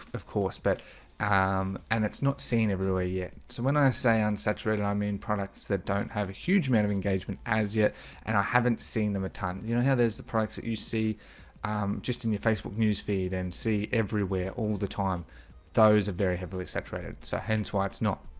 of course, but um and it's not seen everywhere yet so when i say unsaturated i mean products that don't have a huge amount of engagement as yet and i haven't seen them a ton you know how there's the products that you see just in your facebook newsfeed and see everywhere all the time those are very heavily saturated. so hence why it's not